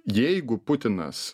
jeigu putinas